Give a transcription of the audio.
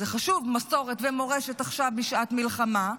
זה חשוב, מסורת ומורשת, עכשיו, בשעת מלחמה.